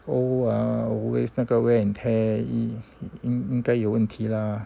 old ah always 那个 wear and tear !ee! 应该有问题 lah